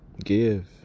give